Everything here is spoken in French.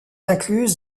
incluse